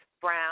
Brown